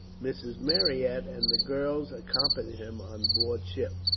mrs. marryat and the girls accompanied him on board ship.